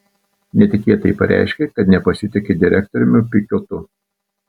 netikėtai pareiškė kad nepasitiki direktoriumi pikiotu